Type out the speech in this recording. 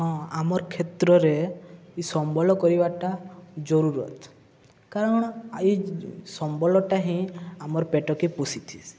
ହଁ ଆମର୍ କ୍ଷେତ୍ରରେ ସମ୍ବଳ କରିବାଟା ଜରୁରତ କାରଣ ଏଇ ସମ୍ବଳଟା ହିଁ ଆମର୍ ପେଟକେ ପୋଷିଥିସି